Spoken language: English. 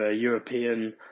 European